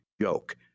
joke